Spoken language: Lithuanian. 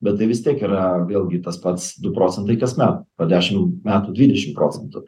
bet tai vis tiek yra vėlgi tas pats du procentai kasmet po dešimt metųdvidešim procentų